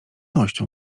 nością